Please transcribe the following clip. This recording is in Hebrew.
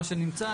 מה שנמצא.